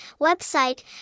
website